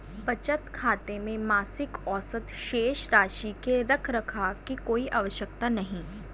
बचत खाते में मासिक औसत शेष राशि के रख रखाव की कोई आवश्यकता नहीं